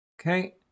Okay